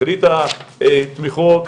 החליטה תמיכות,